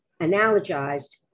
analogized